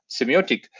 semiotic